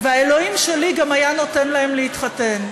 והאלוהים שלי גם היה נותן להם להתחתן,